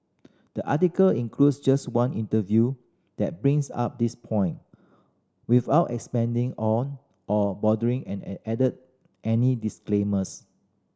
the article includes just one interview that brings up this point without expanding on or bothering an add any disclaimers